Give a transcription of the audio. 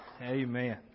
Amen